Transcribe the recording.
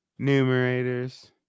Numerators